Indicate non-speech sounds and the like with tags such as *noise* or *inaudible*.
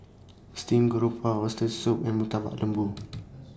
Steamed Garoupa Oxtail Soup and Murtabak Lembu *noise*